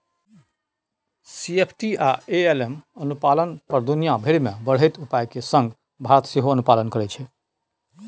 CFT आ AML अनुपालन पर दुनिया भरि मे बढ़ैत उपाय केर संग भारत सेहो अनुपालन करैत छै